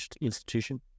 institution